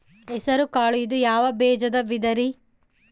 ಹೆಸರುಕಾಳು ಇದು ಯಾವ ಬೇಜದ ವಿಧರಿ?